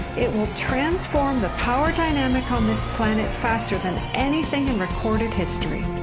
it will transform the power dynamic on this planet faster than anything in recorded history.